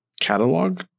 catalog